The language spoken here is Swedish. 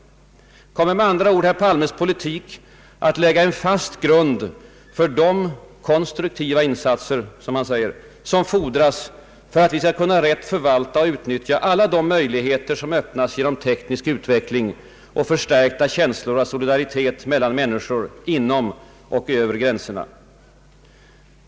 Kommer med andra ord herr Palmes politik att lägga en fast grund för »de konstruktiva insatser» vilka fordras för att vi skall kunna rätt förvalta och utnyttja alla de möjligheter som öppnas genom teknisk utveckling och förstärkta känslor av solidaritet mellan människor inom och över gränserna?